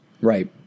Right